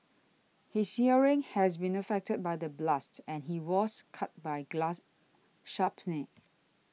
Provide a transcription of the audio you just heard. his hearing has been affected by the blast and he was cut by glass shrapnel